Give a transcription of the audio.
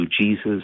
Jesus